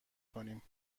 کنیم